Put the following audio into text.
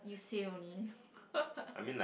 you say only